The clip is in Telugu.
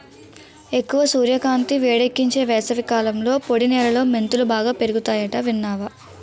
ఎక్కువ సూర్యకాంతి, వేడెక్కించే వేసవికాలంలో పొడి నేలలో మెంతులు బాగా పెరుగతాయట విన్నావా